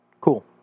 Cool